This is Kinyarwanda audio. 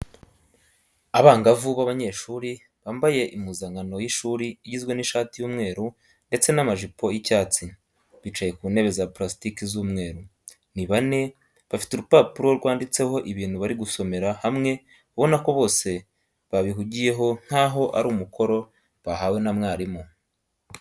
Abangavu b'abanyeshuri bambaye impuzankano y'ishuri igizwe n'ishati y'umweru ndetse n'amajipo y'icyatsi bicaye ku ntebe za purasitike z'umweru, ni bane, bafite urupapuro rwanditseho ibintu bari gusomera hamwe ubona ko bose babihugiyeho nk'aho ari umukoro bahawe na mwarimu.